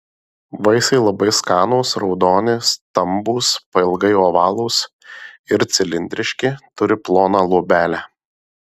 vaisiai labai skanūs raudoni stambūs pailgai ovalūs ir cilindriški turi ploną luobelę